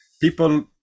people